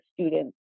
students